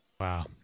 wow